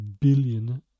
billion